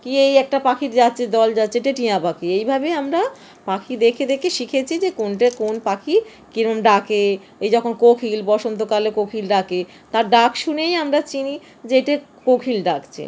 কি এই একটা পাখির যাচ্ছে দল যাচ্ছে এটা টিয়া পাখি এইভাবেই আমরা পাখি দেখে দেখে শিখেছি যে কোনটা কোন পাখি কীরম ডাকে এই যখন কোকিল বসন্তকালে কোকিল ডাকে তার ডাক শুনেই আমরা চিনি যে এইটা কোকিল ডাকছে